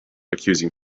accusing